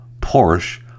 Porsche